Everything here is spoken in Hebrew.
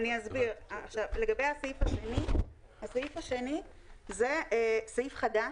הסעיף השני הוא סעיף חדש,